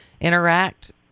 interact